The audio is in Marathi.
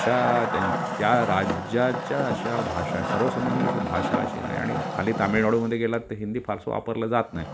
अशा त्या त्या राज्याच्या अशा भाषा आहेत सर्वसमावेशक भाषा अशी नाही आणि खाली तामिळनाडूमध्ये गेलात तर हिंदी फारसं वापरलं जात नाही